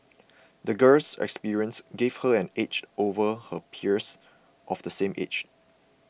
the girl's experiences gave her an edge over her peers of the same age